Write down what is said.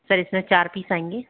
sir इसमें चार piece आएंगे